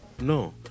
no